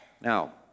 Now